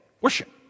Worship